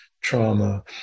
trauma